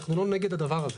אנחנו לא נגד הדבר הזה.